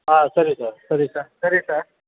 ಹಾಂ ಸರಿ ಸರ್ ಸರಿ ಸರ್ ಸರಿ ಸಾರ್